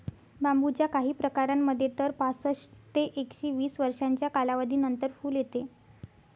बांबूच्या काही प्रकारांमध्ये तर पासष्ट ते एकशे वीस वर्षांच्या कालावधीनंतर फुल येते